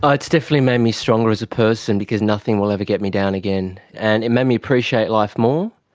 ah it's definitely made me stronger as a person because nothing will ever get me down again, and it made me appreciate life more.